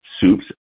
soups